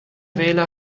wähler